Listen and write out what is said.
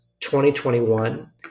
2021